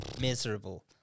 Miserable